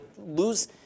lose